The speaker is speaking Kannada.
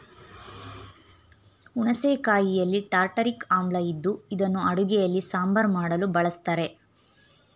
ಹುಣಸೆ ಕಾಯಿಯಲ್ಲಿ ಟಾರ್ಟಾರಿಕ್ ಆಮ್ಲ ಇದ್ದು ಇದನ್ನು ಅಡುಗೆಯಲ್ಲಿ ಸಾಂಬಾರ್ ಮಾಡಲು ಬಳಸ್ತರೆ